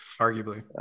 arguably